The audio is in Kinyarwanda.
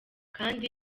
kandi